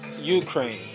Ukraine